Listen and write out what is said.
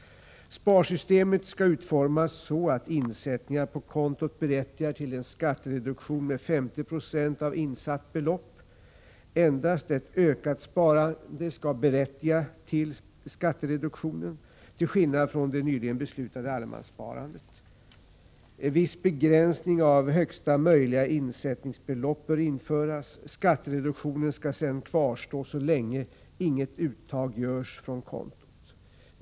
Sparsystemet skulle utformas så att insättning på kontot berättigar till en skattereduktion med 50 96 av insatt belopp. Endast ett ökat sparande skulle berättiga till skattereduktion, till skillnad från det nyligen beslutade allemanssparandet. Viss begränsning av högsta möjliga insättningsbelopp bör införas. Skattereduktionen skulle sedan kvarstå så länge inga uttag görs från kontot.